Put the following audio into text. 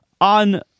on